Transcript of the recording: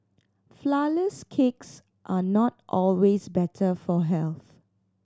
flourless cakes are not always better for health